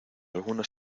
algunas